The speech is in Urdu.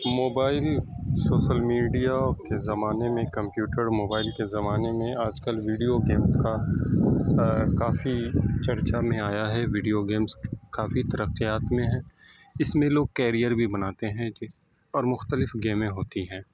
موبائل شوشل میڈیا کے زمانے میں کمپیوٹر موبائل کے زمانے میں آج کل ویڈیو گیمس کا کافی چرچا میں آیا ہے ویڈیو گیمس کافی ترقیات میں ہے اس میں لوگ کیریئر بھی بناتے ہیں کہ اور مختلف گیمیں ہوتی ہیں